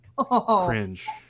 cringe